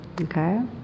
Okay